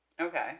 Okay